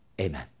Amen